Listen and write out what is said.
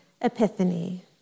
epiphany